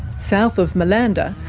south of malanda,